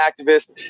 activist